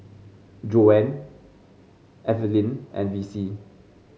Joann Eveline and Vicy